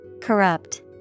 Corrupt